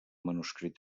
manuscrit